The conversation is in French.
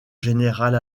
général